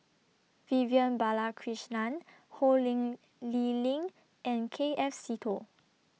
Vivian Balakrishnan Ho Ling Lee Ling and K F Seetoh